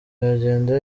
yagenda